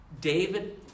David